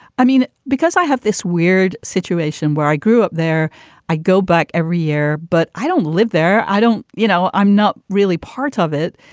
i mean, because i have this weird situation where i grew up there i go back every year, but i don't live there. i don't you know, i'm not really part of it.